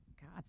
God